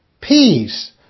peace